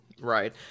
Right